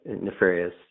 nefarious